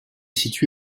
situé